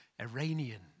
Iranian